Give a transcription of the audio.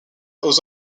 aux